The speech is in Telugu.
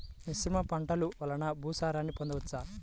మిశ్రమ పంటలు వలన భూసారాన్ని పొందవచ్చా?